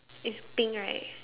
is pink right